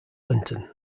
linton